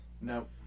Nope